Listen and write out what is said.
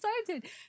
excited